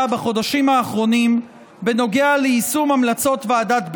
בחודשים האחרונים בנוגע ליישום המלצות ועדת ביניש.